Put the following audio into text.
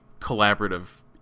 collaborative